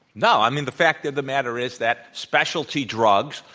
no, i mean, the fact of the matter is that specialty drugs,